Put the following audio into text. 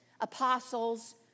apostles